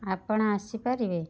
ଆପଣ ଆସିପାରିବେ